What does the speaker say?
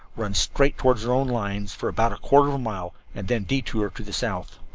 run straight toward our own lines for about a quarter of a mile and then detour to the south.